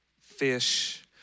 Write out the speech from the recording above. fish